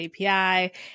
API